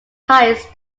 ties